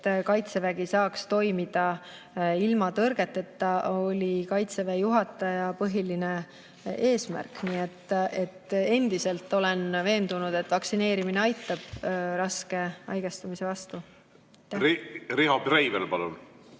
kaitsevägi saaks toimida ilma tõrgeteta, oli Kaitseväe juhataja põhiline eesmärk. Ma endiselt olen veendunud, et vaktsineerimine aitab raske haigestumise vastu. Aitäh! Nagu